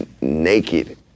naked